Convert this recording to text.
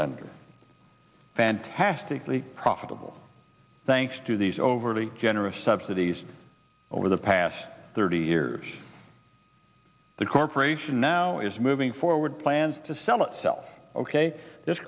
lender fantastically profitable thanks to these overly generous subsidies over the past thirty years the corporation now is moving forward plans to sell itself ok this